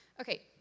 Okay